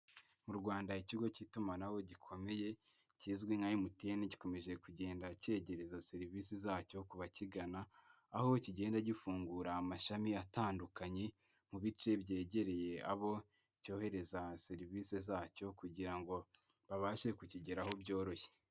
Mu rwanda ikigo cy'itumanaho gikomeye kizwi nka MTN gikomeje kugenda cyegereza serivisi zacyo ku bakigana, aho kigenda gifungura amashami atandukanye, mu bice byegereye abo cyohereza serivisi zacyo kugira ngo babashe kukigeraho byoroshye.